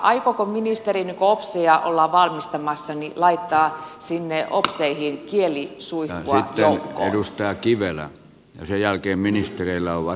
aikooko ministeri kun opseja ollaan valmistamassa laittaa sinne opseihin kieli osui naton edustaja kivelä jälkeen kielisuihkua joukkoon